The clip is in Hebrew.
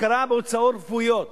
הכרה בהוצאות רפואיות.